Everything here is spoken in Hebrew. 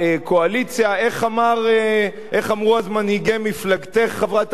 איך אמרו אז מנהיגי מפלגתך, חברת הכנסת גלאון?